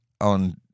on